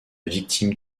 victime